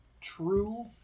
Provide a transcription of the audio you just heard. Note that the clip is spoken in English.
true